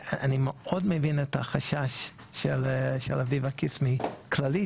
אני מאוד מבין את החשש של אביבה קיס מכללית,